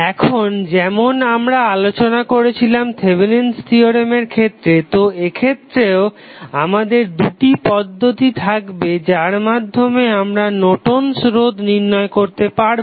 এখন যেমন আমরা আলোচনা করেছিলাম থেভেনিন'স থিওরেমের Thevenins theorem ক্ষেত্রে তো এখেত্রেও আমাদের দুটি পদ্ধতি থাকবে যার মাধ্যমে আমরা নর্টন'স রোধ Nortons resistance নির্ণয় করতে পারবো